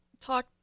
talk